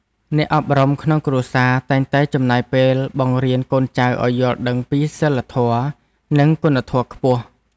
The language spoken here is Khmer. អ្នកអប់រំក្នុងគ្រួសារតែងតែចំណាយពេលបង្រៀនកូនចៅឱ្យយល់ដឹងពីសីលធម៌ និងគុណធម៌ខ្ពស់។